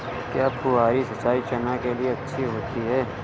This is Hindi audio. क्या फुहारी सिंचाई चना के लिए अच्छी होती है?